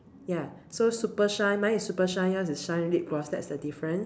ya so super shine mine is super shine yours in shine lip gloss that's the difference